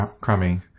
crummy